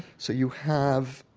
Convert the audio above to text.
so you have